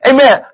Amen